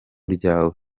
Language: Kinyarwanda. ryawe